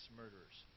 murderers